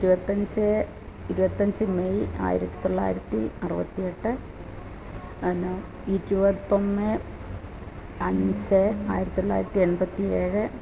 ഇരുപത്തി അഞ്ച് ഇരുപത്തി അഞ്ച് മെയ് ആയിരത്തി തൊള്ളായിരത്തി അറുപത്തി എട്ട് എന്നാൽ ഇരുപത്തി ഒന്ന് അഞ്ച് ആയിരത്തി തൊള്ളായിരത്തി എൺപത്തി ഏഴ്